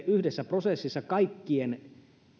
yhdessä prosessissa esimerkiksi kaikkien